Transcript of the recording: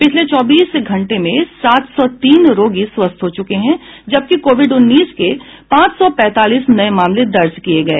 पिछले चौबीस घंटे में सात सौ तीन रोगी स्वस्थ हो चुके हैं जबकि कोविड उन्नीस के पांच सौ पैंतालीस नये मामले दर्ज किये गये